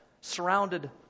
surrounded